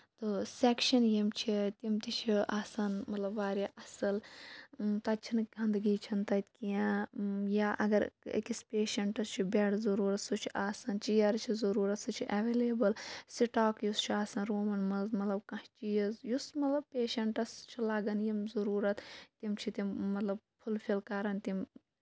تہٕ سیٚکشَن یِم چھِ تِم تہِ چھِ آسان مطلب واریاہ اَصٕل تَتہِ چھِنہٕ گِنٛدگی چھےٚ نہٕ تَتہِ کیٚنٛہہ یا اَگر أکِس پیشَنٹَس چھُ بیٚڈ ضروٗرت سُہ چھُ آسان چِیر چھُ ضروٗرت سُہ چھُ ایٚولیبٕل سِٹاک یُس چھُ آسان روٗمَن منٛز مطلب کانٛہہ چیٖز یُس مطلب پیشَنٹَس چھُ لَگان یِم ضروٗرت تِم چھِ تِم مطلب فُل فِل کران تِم